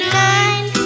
nine